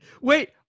Wait